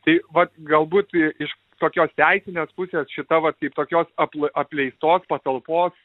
tai vat gal būt i iš tokios teisinės pusės šita vat kaip tokios apl apleistos patalpos